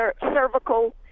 cervical